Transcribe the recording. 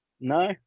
no